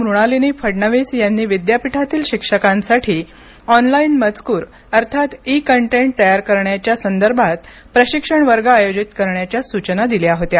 मूणालिनी फडणवीस यांनी विद्यापीठातील शिक्षकांसाठी ऑनलाइन मजकूर ई कंटेट तयार करण्याच्या संदर्भात प्रशिक्षण वर्ग आयोजित करण्याच्या सूचना दिल्या होत्या